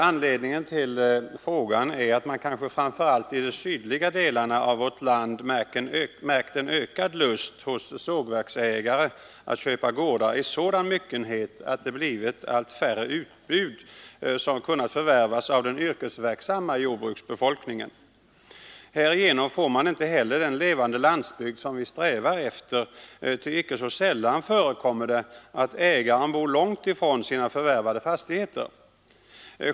Anledningen till frågan är att man, kanske framför allt i de sydliga delarna av vårt land, märkt en ökad lust hos sågverksägare att köpa gårdar i sådan myckenhet, att det blivit allt färre utbud som kunnat förvärvas av den yrkesverksamma jordbruksbefolkningen. Härigenom får man inte heller den levande landsbygd som vi strävar efter; icke så sällan förekommer det att ägaren bor långt ifrån sina förvärvade fastigheter.